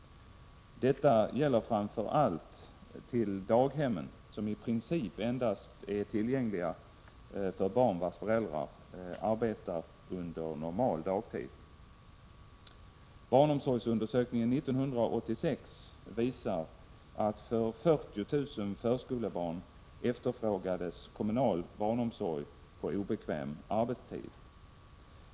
Detta gäller framför allt till daghemmen, som i princip endast är tillgängliga för barn vars föräldrar arbetar under normal dagtid. Barnomsorgsundersökningen 1986 visar att för 40 000 förskolebarn efterfrågades kommunal barnomsorg på obekväm arbetstid.